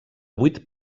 vuit